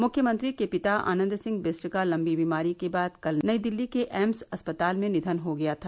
मुख्यमंत्री के पिता आनंद सिंह बिस्ट का लंबी बीमारी के बाद कल नई दिल्ली के एम्स अस्पताल में निघन हो गया था